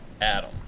Adam